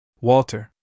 Walter